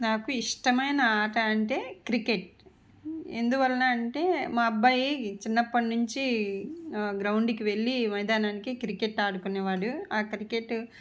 నాకు ఇష్టమైన ఆట అంటే క్రికెట్ ఎందువలన అంటే మా అబ్బాయి చిన్నప్పటి నుంచి గ్రౌండ్కి వెళ్ళి మైదానానికి క్రికెట్ ఆడుకునేవాడు ఆ క్రికెట్